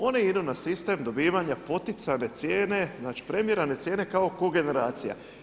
Oni idu na sistem dobivanja poticajne cijene, znači premirane cijene kao kogeneracija.